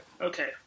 Okay